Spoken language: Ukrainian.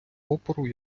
опору